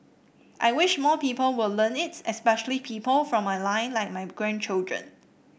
I wish more people will learn it especially people from my line like my grandchildren